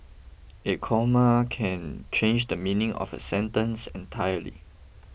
a comma can change the meaning of a sentence entirely